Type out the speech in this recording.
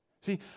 See